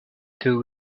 two